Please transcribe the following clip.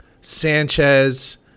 Sanchez